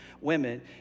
women